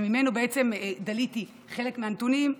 וממנו דליתי חלק מהנתונים.